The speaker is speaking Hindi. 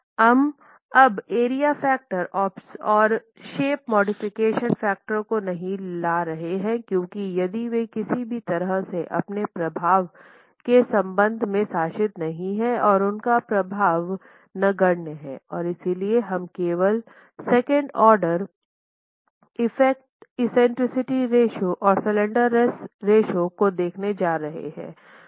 हम अब एरिया फैक्टर और शेप मॉडिफिकेशन फैक्टर को नहीं ला रहे हैं क्योंकि यदि वे किसी भी तरह से अपने प्रभाव के संदर्भ में शासित नहीं है और उनका प्रभाव नगण्य हैं और इसलिए हम केवल second order effects eccentricity ratio और स्लैंडरनेस रेश्यो को देखने जा रहे हैं